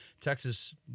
Texas